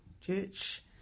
Church